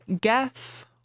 Guess